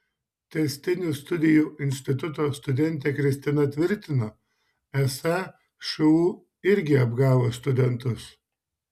tęstinių studijų instituto studentė kristina tvirtino esą šu irgi apgavo studentus